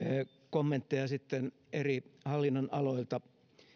kommentteja eri hallinnonaloilta